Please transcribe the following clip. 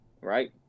right